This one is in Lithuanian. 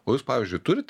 o jūs pavyzdžiui turit